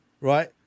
right